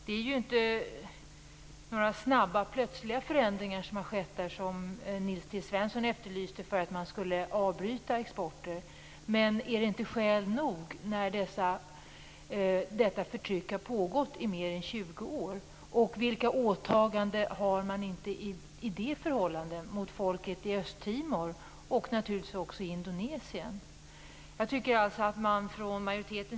Där har det ju inte skett några snabba och plötsliga förändringar, vilket Nils T Svensson efterlyste som skäl för att exporter skall avbrytas. Men är det inte skäl nog att detta förtryck har pågått i mer än 20 år? Vilka åtaganden har man inte i det sammanhanget mot folket i Östtimor och naturligtvis också gentemot folket i Indonesien?